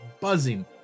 buzzing